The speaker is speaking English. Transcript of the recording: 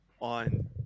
on